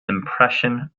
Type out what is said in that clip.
impression